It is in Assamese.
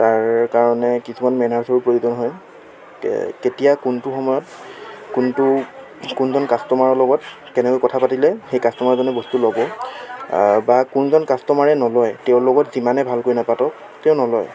তাৰ কাৰণে কিছুমান মেনাৰ্ছৰ প্ৰয়োজন হয় কেতিয়া কোনটো সময়ত কোনটো কোনজন কাষ্টমাৰৰ লগত কেনেকৈ কথা পাতিলে সেই কাষ্টমাৰজনে বস্তু ল'ব বা কোনজন কাষ্টমাৰে নলয় তেওঁৰ লগত যিমানেই ভালকৈ নাপাতক তেওঁ নলয়